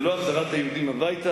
זה לא החזרת היהודים הביתה,